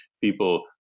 people